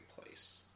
place